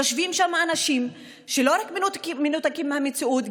יושבים שם אנשים שלא רק מנותקים מהמציאות,